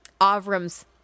Avram's